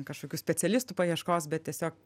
kažkokių specialistų paieškos bet tiesiog